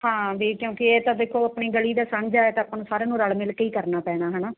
ਹਾਂ ਵੀ ਕਿਉਂਕਿ ਇਹ ਤਾਂ ਦੇਖੋ ਆਪਣੀ ਗਲੀ ਦਾ ਸਾਂਝਾ ਤਾਂ ਆਪਾਂ ਨੂੰ ਸਾਰਿਆਂ ਨੂੰ ਰਲ ਮਿਲ ਕੇ ਹੀ ਕਰਨਾ ਪੈਣਾ ਹੈ ਨਾ